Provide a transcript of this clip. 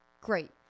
Great